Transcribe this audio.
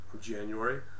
January